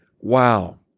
Wow